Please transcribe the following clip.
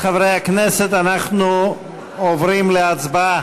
חברי הכנסת, אנחנו עוברים להצבעה.